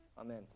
Amen